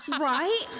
Right